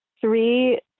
three